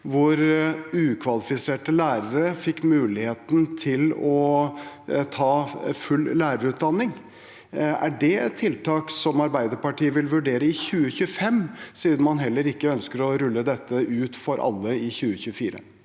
hvor ukvalifiserte lærere fikk muligheten til å ta full lærerutdanning. Er det et tiltak som Arbeiderpartiet vil vurdere i 2025, siden man heller ikke ønsker å rulle dette ut for alle i 2024?